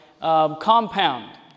compound